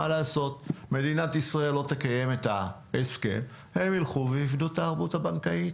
אם מדינת ישראל לא תקיים את ההסכם הם ילכו ויפדו את הערבות הבנקאית.